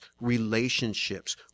relationships